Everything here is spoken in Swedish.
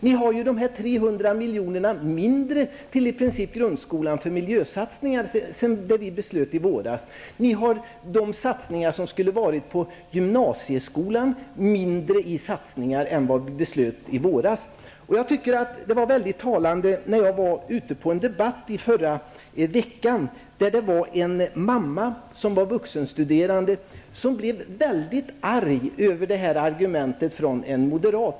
Ni har ju i princip 300 miljoner mindre för miljösatsningar i grundskolan med tanke på vad vi beslutade om i våras. Vidare är era satsningar på gymnasieskolan mindre än vad vi beslutade om i våras. Jag har ett väldigt talande exempel från en debatt i förra veckan. En mamma, som var vuxenstuderande, blev mycket arg på en moderat för dennes argumentering i det här sammanhanget.